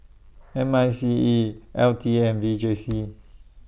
M I C E L T A and V J C